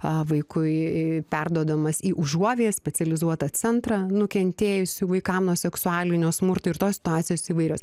a vaiku i perduodamas į užuovėją specializuotą centrą nukentėjusių vaikam nuo seksualinio smurto ir tos situacijos įvairios